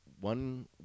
one